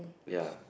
ya